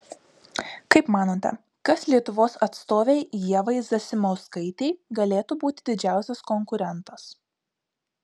kaip manote kas lietuvos atstovei ievai zasimauskaitei galėtų būti didžiausias konkurentas